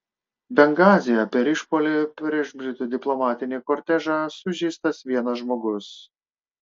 bengazyje per išpuolį prieš britų diplomatinį kortežą sužeistas vienas žmogus